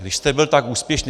Když jste byl tak úspěšný...